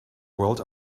world